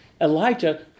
Elijah